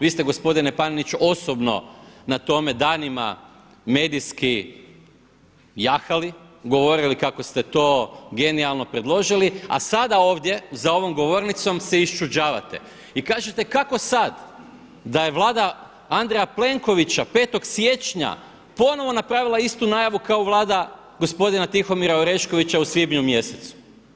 Vi ste gospodine Panenić osobno na tome danima medijski jahali, govorili kako ste to genijalno predložili a sada ovdje za ovom govornicom se iščuđavate i kažete kako sad da je Vlada Andreja Plenkovića 5. siječnja ponovno napravila istu najavu kao Vlada gospodina Tihomira Oreškovića u svibnju mjesecu.